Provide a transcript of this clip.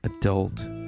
Adult